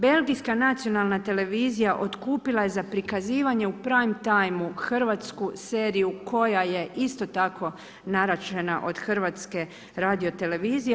Belgijska nacionalna televizija otkupila je za prikazivanje u prime time hrvatsku seriju koja je isto tako naručena od HRT-a.